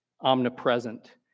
omnipresent